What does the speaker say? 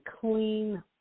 clean